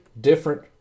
different